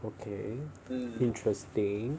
okay interesting